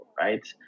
right